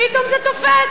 פתאום זה תופס.